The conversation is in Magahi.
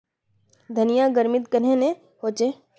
धनिया गर्मित कन्हे ने होचे?